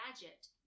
gadget